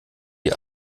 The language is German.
die